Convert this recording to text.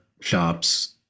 shops